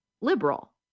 liberal